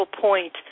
point